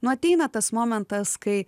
nu ateina tas momentas kai